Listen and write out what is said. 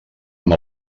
amb